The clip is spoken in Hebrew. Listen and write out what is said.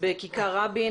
בכיכר רבין.